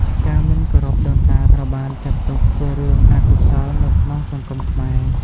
ការមិនគោរពដូនតាត្រូវបានចាត់ទុកជារឿងអកុសលនៅក្នុងសង្គមខ្មែរ។